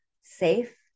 safe